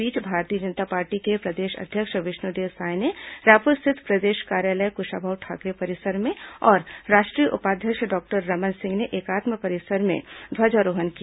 इस बीच भारतीय जनता पार्टी के प्रदेष अध्यक्ष विष्णुदेव साय ने रायपुर स्थित प्रदेष कार्यालय कुषाभाऊ ठाकरे परिसर में और राष्ट्रीय उपाध्यक्ष डॉक्टर रमन सिंह ने एकात्म परिसर में ध्वजारोहण किया